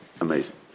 amazing